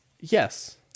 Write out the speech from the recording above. Yes